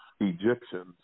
Egyptians